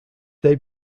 they